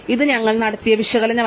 ഇത് ഞങ്ങൾ നടത്തിയ വിശകലനമല്ല